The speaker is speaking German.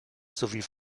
sowie